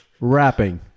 Rapping